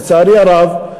לצערי הרב,